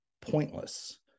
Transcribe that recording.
pointless